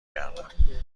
کردم